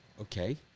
Okay